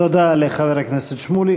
תודה לחבר הכנסת שמולי.